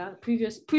previous